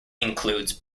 includes